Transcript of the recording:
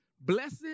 blessed